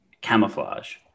camouflage